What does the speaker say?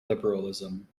liberalism